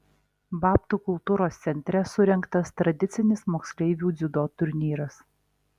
babtų kultūros centre surengtas tradicinis moksleivių dziudo turnyras